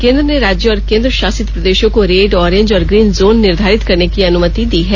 केन्द्र ने राज्यों और केन्द्रशासित प्रदेशों को रेड ऑरेंज और ग्रीन जोन निर्धारित करने की अनुमति दी है